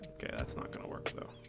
okay, that's not gonna work though